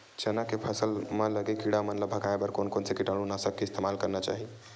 चना के फसल म लगे किड़ा मन ला भगाये बर कोन कोन से कीटानु नाशक के इस्तेमाल करना चाहि?